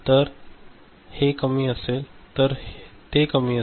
जर हे कमी असेल तर ते कमी आहे